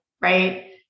Right